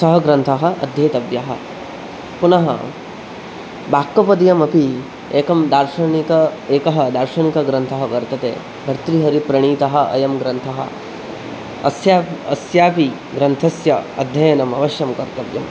सः ग्रन्थः अध्येतव्यः पुनः वाक्यपदीयमपि एकं दार्शनिकः एकः दार्शनिकग्रन्थः वर्तते भर्तृहरिप्रणीतः अयं ग्रन्थः अस्यापि अस्यापि ग्रन्थस्य अध्ययनम् अवश्यं कर्तव्यम्